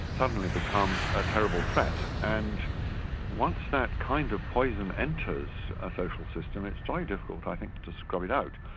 suddenly become a terrible threat, and once that kind of poison enters a social system, it's golly difficult i think to scrub it out.